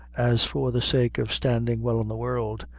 as for the sake of standing well in the world,